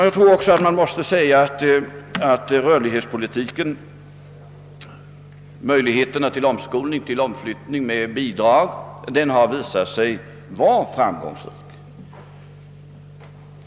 Jag tror också att rörlighetspolitiken med dess möjligheter till omskolning och till omflyttning genom bidrag har visat sig vara framgångsrik.